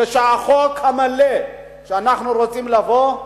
כשיהיה החוק המלא שאנחנו רוצים להביא,